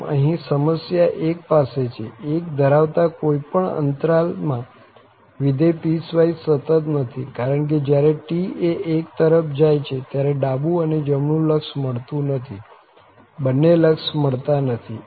આમ અહીં સમસ્યા 1 પાસે છે 1 ધરાવતા કોઈ પણ અંતરાલ માં વિધેય પીસવાઈસ સતત નથી કારણ કે જયારે tએ 1 તરફ જાય છે ત્યારે ડાબું અને જમણું લક્ષ મળતું નથી બન્ને લક્ષ મળતા નથી